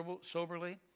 soberly